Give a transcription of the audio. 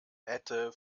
hätte